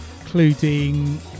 including